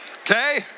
Okay